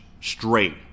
straight